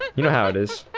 you know what is